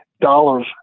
dollars